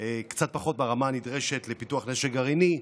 קצת פחות מהרמה הנדרשת לפיתוח נשק גרעיני.